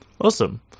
Awesome